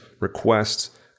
requests